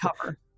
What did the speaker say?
cover